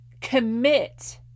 commit